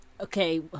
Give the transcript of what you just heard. okay